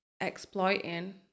exploiting